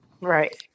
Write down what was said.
Right